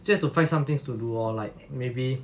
still have to find some things to do lor like maybe